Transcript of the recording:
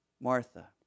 Martha